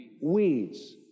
Weeds